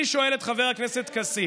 אני שואל את חבר הכנסת כסיף,